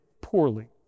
poorly